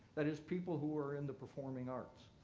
that is, people who are in the performing arts.